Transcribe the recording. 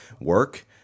work